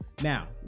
Now